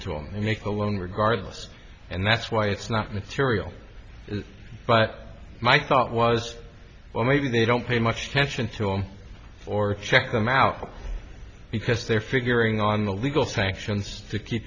to and make a loan regardless and that's why it's not material but my thought was well maybe they don't pay much attention to him or check them out because they're figuring on the legal sanctions to keep